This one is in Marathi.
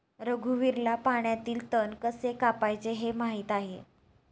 रघुवीरला पाण्यातील तण कसे कापायचे हे माहित आहे